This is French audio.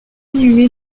inhumé